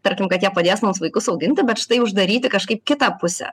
tarkim kad jie padės mums vaikus auginti bet štai uždaryti kažkaip kitą pusę